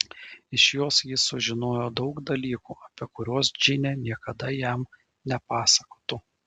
iš jos jis sužinojo daug dalykų apie kuriuos džinė niekada jam nepasakotų